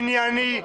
ענייני,